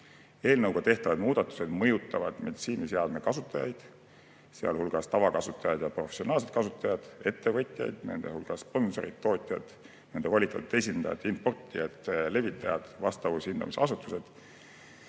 euroni. Eelnõuga tehtavad muudatused mõjutavad meditsiiniseadme kasutajaid, sealhulgas tavakasutajaid ja professionaalseid kasutajaid, ettevõtjaid, nende hulgas sponsoreid, tootjaid, nende volitatud esindajaid, importijaid, levitajaid, vastavushindamisasutusi,